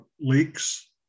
leaks